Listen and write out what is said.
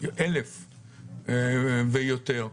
1,000 ויותר.